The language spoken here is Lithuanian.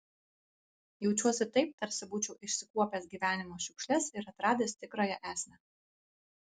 jaučiuosi taip tarsi būčiau išsikuopęs gyvenimo šiukšles ir atradęs tikrąją esmę